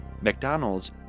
McDonald's